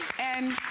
and